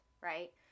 right